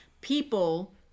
people